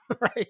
right